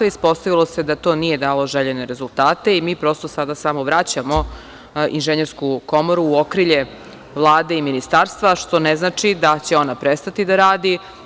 Ispostavilo se da to nije dalo željene rezultate i sada samo vraćamo Inženjersku komoru u okrilje Vlade i ministarstva, što ne znači da će ona prestati da radi.